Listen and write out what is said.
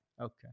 Okay